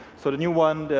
so the new one,